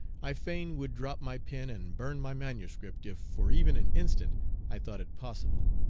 i fain would drop my pen and burn my manuscript if for even an instant i thought it possible.